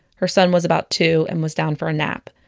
her son was about two, and was down for a nap.